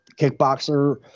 Kickboxer